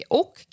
och